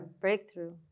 Breakthrough